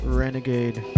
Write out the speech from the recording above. renegade